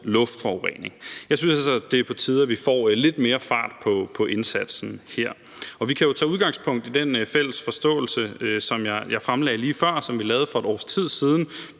luftforurening. Jeg synes altså, det er på tide, at vi får lidt mere fart på indsatsen her. Vi kan jo tage udgangspunkt i den fælles forståelse, som jeg fremlagde lige før, som vi lavede for et års tid siden